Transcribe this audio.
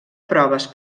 proves